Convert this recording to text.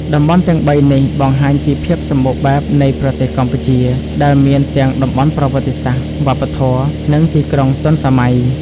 តំបន់ទាំងបីនេះបង្ហាញពីភាពសម្បូរបែបនៃប្រទេសកម្ពុជា ដែលមានទាំងតំបន់ប្រវត្តិសាស្ត្រ វប្បធម៌ និងទីក្រុងទាន់សម័យ។